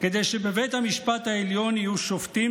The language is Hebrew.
כדי שבבית המשפט העליון יהיו שופטים